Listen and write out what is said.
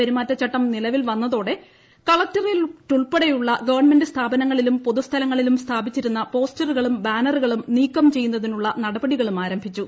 പെരുമാറ്റച്ചട്ടം നിലവിൽ വന്നതോടെ കളക്ടറേറ്റുൾപ്പടെയുള്ള സ്ഥാപനങ്ങളിലും പൊതുസ്ഥലങ്ങളിലും സ്ഥാപിച്ചിരുന്ന പോസ്റ്ററുകളും ബാനറുകളും നീക്കം ചെയ്യുന്നതിനുള്ള നടപടികളും ആരംഭിച്ചു